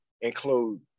include